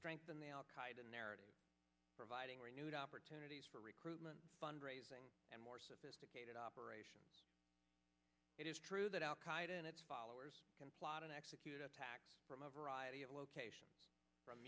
strengthen the al qaeda narrative providing renewed opportunities for recruitment fundraising and more sophisticated operation it is true that al qaeda and its followers can plot and execute attacks from a variety of locations from